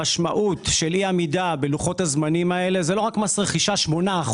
המשמעות של אי-עמידה בלוחות הזמנים האלה היא לא רק מס רכישה של 8%,